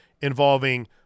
involving